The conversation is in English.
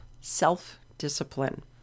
self-discipline